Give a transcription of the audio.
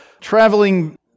traveling